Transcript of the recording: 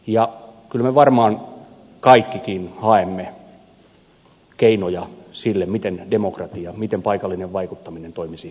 ja kyllä me varmaan kaikkikin haemme keinoja sille miten demokratia miten paikallinen vaikuttaminen toimisi mahdollisimman hyvin